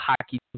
hockey